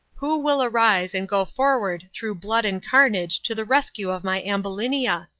who will arise and go forward through blood and carnage to the rescue of my ambulinia?